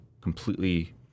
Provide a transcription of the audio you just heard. completely